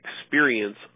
experience